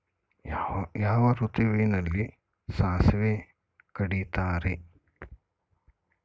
ಯಾವ ಋತುವಿನಲ್ಲಿ ಸಾಸಿವೆ ಕಡಿತಾರೆ?